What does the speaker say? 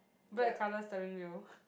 black colour steering wheel